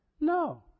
No